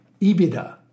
EBITDA